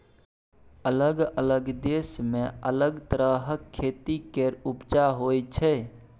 अलग अलग देश मे अलग तरहक खेती केर उपजा होइ छै